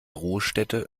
ruhestätte